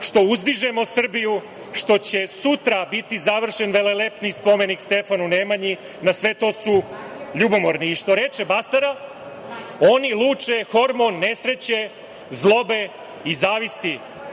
što uzdižemo Srbiju, što će sutra biti završen velelepni spomenik Stefanu Nemanji, na sve to su ljubomorni. Što reče Basara - oni luče hormon nesreće, zlobe i zavisti,